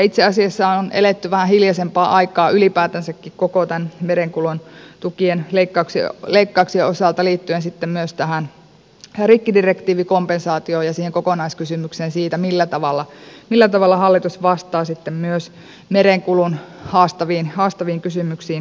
itse asiassa on eletty vähän hiljaisempaa aikaa ylipäätänsäkin koko tämän merenkulun tukien leikkauksien osalta liittyen myös tähän rikkidirektiivikompensaatioon ja siihen kokonaiskysymykseen siitä millä tavalla hallitus vastaa myös merenkulun haastaviin kysymyksiin tulevaisuudessa